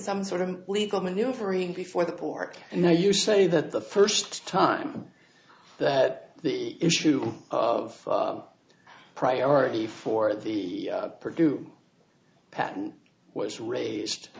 some sort of legal maneuvering before the pork and now you say that the first time the issue of priority for the purdue patent was raised